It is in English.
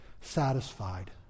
satisfied